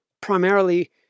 Primarily